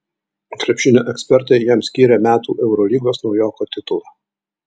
krepšinio ekspertai jam skyrė metų eurolygos naujoko titulą